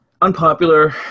unpopular